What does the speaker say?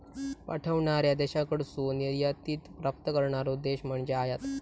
पाठवणार्या देशाकडसून निर्यातीत प्राप्त करणारो देश म्हणजे आयात